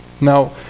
Now